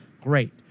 Great